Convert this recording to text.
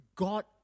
God